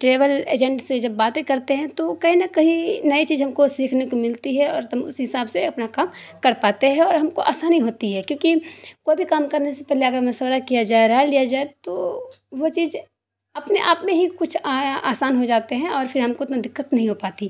travel agent سے جب باتیں کرتے ہیں تو کہیں نہ کہیں نئے چیز ہم کو سیکھنے کو ملتی ہے اور تم اسی حساب سے اپنا کام کر پاتے ہیں اور ہم کو آسانی ہوتی ہے کیوںکہ کوئی بھی کام کرنے سے پہلے اگر مشورہ کیا جائے رائے لیا جائے تو وہ چیز اپنے آپ میں ہی کچھ آ آسان ہو جاتے ہیں اور پھر ہم کو اتنا دقت نہیں ہو پاتی